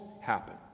happen